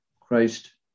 Christ